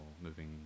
moving